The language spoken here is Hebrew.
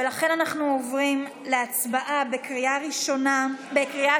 ולכן אנחנו עוברים להצבעה בקריאה שנייה.